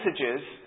messages